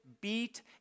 beat